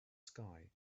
sky